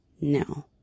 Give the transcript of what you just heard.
no